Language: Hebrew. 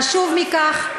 חשוב מכך,